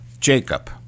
Jacob